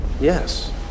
yes